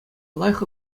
лайӑх